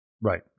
Right